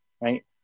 right